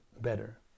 better